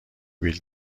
بیل